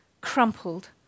crumpled